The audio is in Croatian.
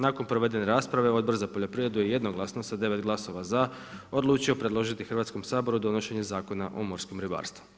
Nakon provedene rasprave Odbor za poljoprivredu je jednoglasno sa 9 glasova za, odlučio predložiti Hrvatskom saboru donošenje Zakona o morskom ribarstvu.